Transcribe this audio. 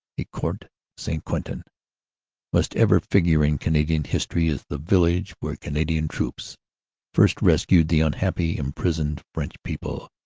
ecourt st. quentin nlust ever figure in canadian history as the village where canadian troops first rescued the unhappy inlprisoned french people.